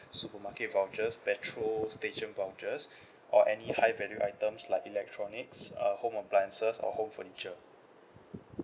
supermarket vouchers petrol station vouchers or any high value items like electronics uh home appliances or home furniture